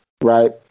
Right